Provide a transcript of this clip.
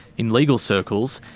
in legal circles,